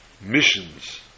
missions